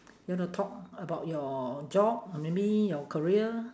you want to talk about your job or maybe your career